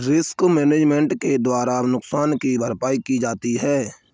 risk management के द्वारा नुकसान की भरपाई की जाती है